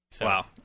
Wow